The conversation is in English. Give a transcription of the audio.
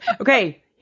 Okay